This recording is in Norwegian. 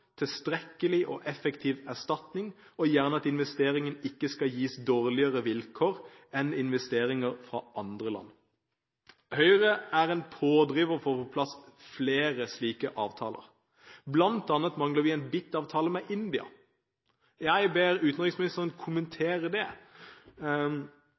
tilstrekkelig og effektiv erstatning, og gjerne at investeringen ikke skal gis dårligere vilkår enn investeringer fra andre land. Høyre er en pådriver for å få på plass flere slike avtaler. Blant annet mangler vi en BIT-avtale med India. Jeg ber utenriksministeren